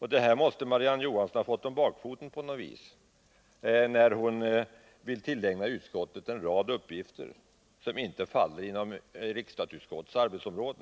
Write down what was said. Marie-Ann Johansson måste ha fått det om bakfoten på något sätt när hon vill tillägna utskottet en rad uppgifter som inte faller inom ett riksdagsutskotts arbetsområde.